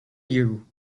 you